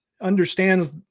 understands